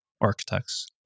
architects